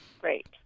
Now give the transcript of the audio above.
Great